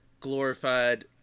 glorified